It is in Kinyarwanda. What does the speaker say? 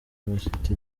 university